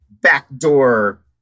backdoor